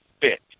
fit